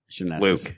Luke